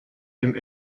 dem